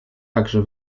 jakże